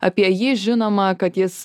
apie jį žinoma kad jis